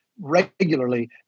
regularly